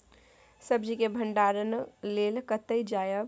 सब्जी के भंडारणक लेल कतय जायब?